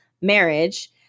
marriage